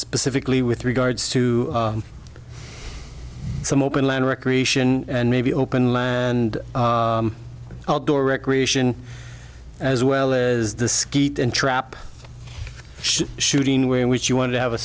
specifically with regards to some open land recreation and maybe open and outdoor recreation as well as the skeet and trap shooting way in which you want to have a